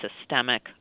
systemic